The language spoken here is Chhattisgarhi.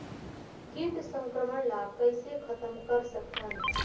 कीट संक्रमण ला कइसे खतम कर सकथन?